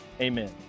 Amen